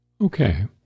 Okay